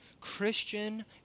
Christian